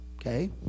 Okay